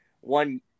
one